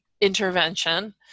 intervention